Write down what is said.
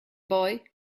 boy